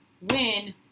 win